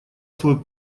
свой